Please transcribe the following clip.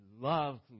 love